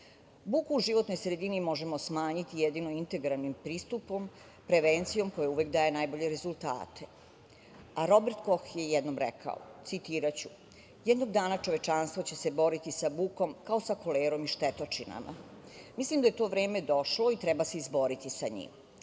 u životnoj sredini možemo smanjiti jedino integralnim pristupom, prevencijom koja uvek daje najbolje rezultate, a Robert Koh je jednom rekao, citiraću: „Jednog dana čovečanstvo će se boriti sa bukom kao sa kolerom i štetočinama“. Mislim da je to vreme došlo i treba se izboriti sa njim.S